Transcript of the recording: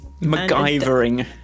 MacGyvering